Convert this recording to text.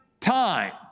time